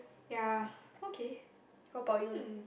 yeah okay mm